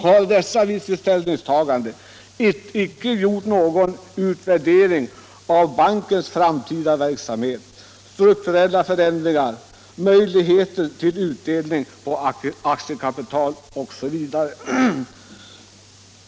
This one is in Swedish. Har dessa vid sitt ställningstagande icke gjort någon utvärdering av bankens framtida verksamhet, strukturella förändringar, möjligheter till utdelning på aktiekapitalet osv.?